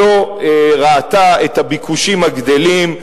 שלא ראתה את הביקושים הגדלים,